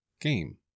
game